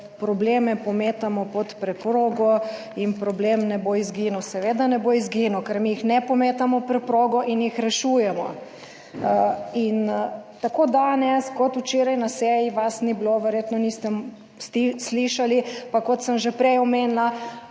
da probleme pometamo pod preprogo in problem ne bo izginil. Seveda ne bo izginil, ker mi jih ne pometamo preprogo in jih rešujemo. In tako danes kot včeraj na seji vas ni bilo, verjetno niste slišali. Pa kot sem že prej omenila,